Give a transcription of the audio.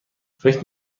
فکر